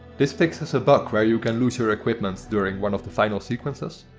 this fixes a bug where you can loose your equipment during one of the final sequences.